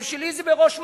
זה בראש מעייני.